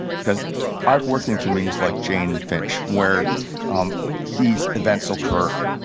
because i've worked in communities like jane and finch where these events occur.